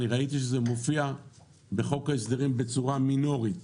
אני ראיתי שזה מופיע בחוק ההסדרים בצורה מינורית.